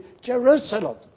Jerusalem